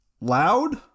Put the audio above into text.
loud